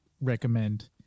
recommend